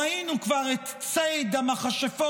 ראינו כבר את ציד המכשפות,